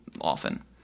often